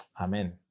Amen